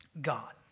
God